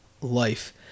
life